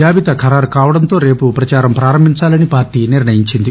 జాబితా ఖరారు కావడంతో రేపు పచారం పారంభించాలని పార్లీ నిర్ణయించింది